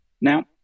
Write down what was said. Now